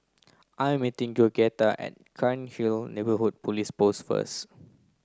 I am meeting Georgetta at Cairnhill Neighbourhood Police Post first